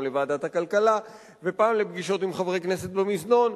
לוועדת הכלכלה ופעם לפגישות עם חברי כנסת במזנון,